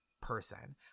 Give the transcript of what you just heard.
person